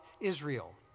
Israel